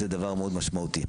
זה דבר מאוד משמעותי.